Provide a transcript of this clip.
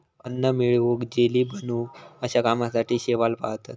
अन्न मिळवूक, जेली बनवूक अश्या कामासाठी शैवाल पाळतत